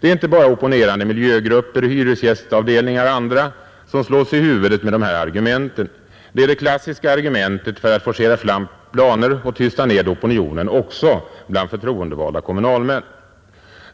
Det är inte bara opponerande miljögrupper, hyresgästavdelningar och andra som slås i huvudet med de här argumenten. Dessa är de klassiska argumenten för att forcera fram planer och tysta ned opinionen också bland förtroendevalda kommunalmän.